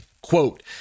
quote